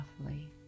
softly